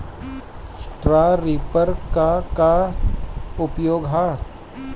Straw reaper क का उपयोग ह?